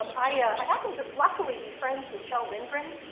um i ah i happen to luckily be friends with kjell lindgren,